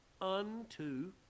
unto